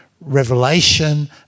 revelation